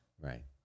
Right